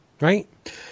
Right